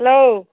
hello